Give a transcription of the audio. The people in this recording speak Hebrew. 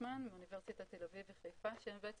גרישמן מאוניברסיטאות תל אביב וחיפה שמייצרים